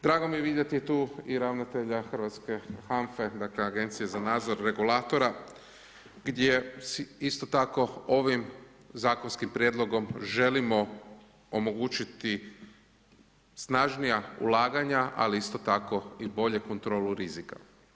Drago mi je vidjeti tu i ravnatelja hrvatske HANFA-e, dakle Agencije za nadzor regulatora gdje isto tako ovim zakonskim prijedlogom želimo omogućiti snažnija ulaganja ali isto tako i bolju kontrolu rizika.